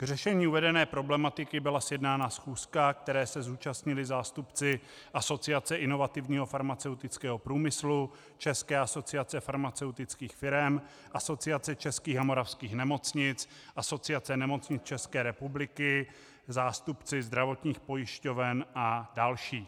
K řešení uvedené problematiky byla sjednána schůzka, které se zúčastnili zástupci Asociace inovativního farmaceutického průmyslu, České asociace farmaceutických firem, Asociace českých a moravských nemocnic, Asociace nemocnic České republiky, zástupci zdravotních pojišťoven a další.